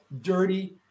dirty